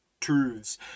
truths